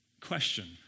Question